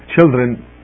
children